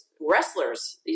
wrestlers